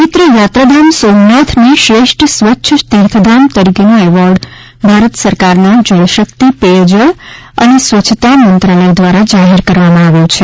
પવિત્ર યાત્રાધામ સોમનાથને શ્રેષ્ઠ સ્વચ્છ તીર્થધામ તરીકેનો એવોર્ડ ભારત સરકારના જલશક્તિ પેયજળ અને સ્વચ્છતા મંત્રાલય દ્વારા જાહેર કરવામાં આવ્યો છે